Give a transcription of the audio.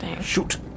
Shoot